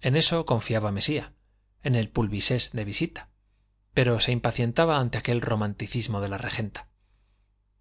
en eso confiaba mesía en el pulvisés de visita pero se impacientaba ante aquel romanticismo de la regenta